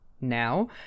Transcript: now